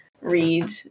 read